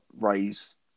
raise